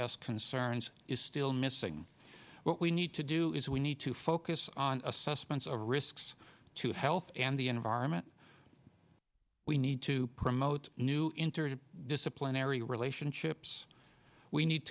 s concerns is still missing what we need to do is we need to focus on assessments of risks to health and the environment we need to promote new internet disciplinary relationships we need